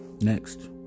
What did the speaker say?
Next